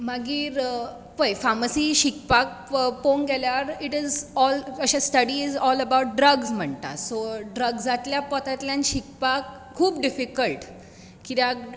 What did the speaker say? मागीर पय फार्मसी शिकपाक पोवंक गेल्यार it is all study is all about drugs म्हणटा सो ड्रग्सातल्या पोंतांल्यान शिकपाक खूब डिफिकंल्ट कित्याक